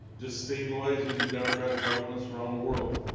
destabilizing democratic governments around the world.